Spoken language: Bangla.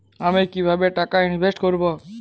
আমি কিভাবে টাকা ইনভেস্ট করব?